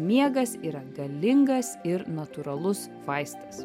miegas yra galingas ir natūralus vaistas